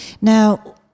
Now